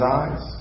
eyes